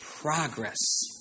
Progress